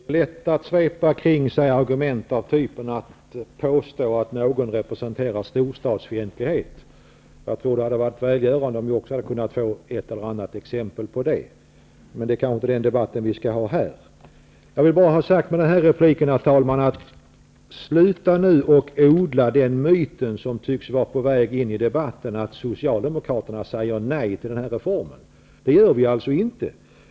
Herr talman! Det är lätt att svepa kring sig argument och påstå att någon representerar storstadfientlighet. Det hade varit välgörande om vi också hade kunnat få ett eller annat exempel på det. Men vi kanske inte skall ha den debatten här. Herr talman! Med den här repliken vill jag bara ha sagt att det är dags att sluta odla den myt som tycks vara på väg in i debatten om att Socialdemokraterna säger nej till den här reformen. Det gör vi alltså inte.